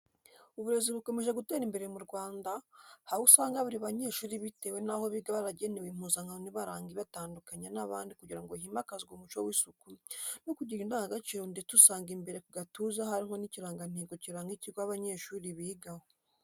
Uburezi bukomeje gutera imbere mu Rwanda, aho usanga buri banyeshuri bitewe n'aho biga baragenewe impuzankano ibaranga ibatandukanya n'abandi kugira ngo himakazwe umuco w'isuku no kugira indangagaciro ndetse usanga imbere ku gatuza hariho n'ikirangantego kiranga ikigo abanyeshuri bigaho.